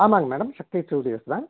ஆமாங்க madam Shakti studios தான்